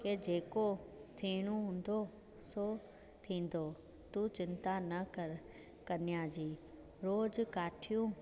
के जेको थियणो हूंदो सो थींदो तू चिन्ता न कर कन्या जी रोज़ु काठियूं